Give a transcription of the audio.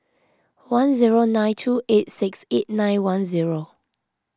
one zero nine two eight six eight nine one zero